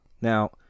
Now